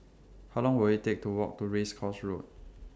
How Long Will IT Take to Walk to Race Course Road